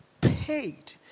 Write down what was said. paid